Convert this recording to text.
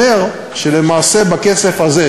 אומר שלמעשה הכסף הזה,